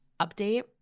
update